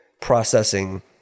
processing